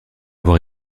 avoir